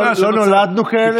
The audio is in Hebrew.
לא נולדנו כאלה ולא,